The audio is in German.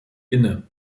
inne